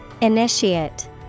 Initiate